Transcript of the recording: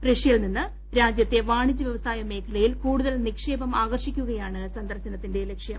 റഷ്യയിൽ നിന്ന് രാജ്യത്തെ വാണിജ്യ വ്യവസായ മേഖലയിൽ കൂടുതൽ നിക്ഷേപം ആകർഷിക്കു കയാണ് സന്ദർശനത്തിന്റെ ലക്ഷ്യം